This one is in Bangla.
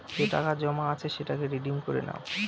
যে টাকা জমা আছে সেটাকে রিডিম করে নাও